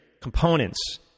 components